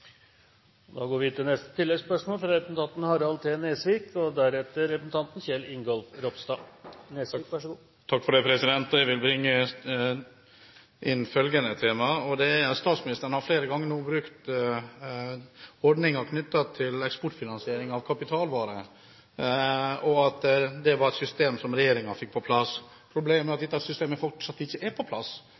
Harald T. Nesvik – til oppfølgingsspørsmål. Jeg vil bringe inn følgende tema: Statsministeren har flere ganger nå nevnt ordningen knyttet til eksportfinansiering av kapitalvarer, og at det var et system som regjeringen fikk på plass. Problemet er at dette systemet fortsatt ikke er på plass